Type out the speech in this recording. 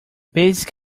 basic